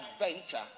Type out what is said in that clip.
adventure